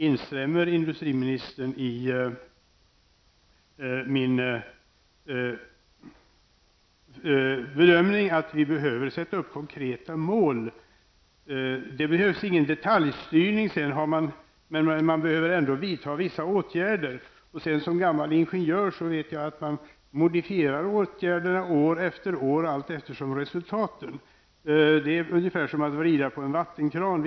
Instämmer industriministern i min bedömning att vi behöver sätta upp konkreta mål? Det behövs ingen detaljstyrning, men man behöver ändå vidta vissa åtgärder. Som gammal ingenjör vet jag att man modifierar åtgärderna allteftersom man ser resultaten. Det är ungefär som att vrida på en vattenkran.